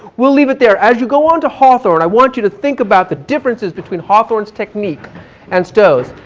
we'll leave it there. as you go on to hawthorn, i want you to think about the differences between hawthorn's technique and stowe's.